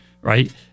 right